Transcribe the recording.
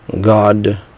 God